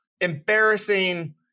embarrassing